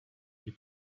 you